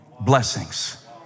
blessings